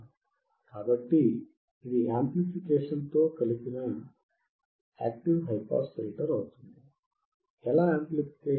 కాబట్టి ఇది యాంప్లిఫికేషన్ తో కలిసిన యాక్టివ్ హైపాస్ ఫిల్టర్ అవుతుంది ఎలా యాంప్లిఫికేషన్